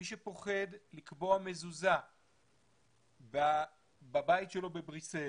מי שפוחד לקבוע מזוזה בבית שלו בבריסל,